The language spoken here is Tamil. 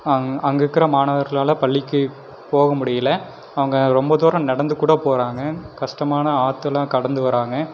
அங்கே இருக்கிற மாணவர்களால பள்ளிக்கு போக முடியல அவங்க ரொம்ப தூரம் நடந்து கூட போகறாங்க கஷ்டமான ஆத்தலாம் கடந்து வராங்க